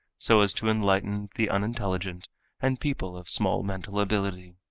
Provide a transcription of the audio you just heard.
so as to enlighten the unintelligent and people of small mental ability.